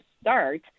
start